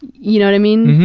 you know what i mean?